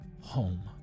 home